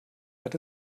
hat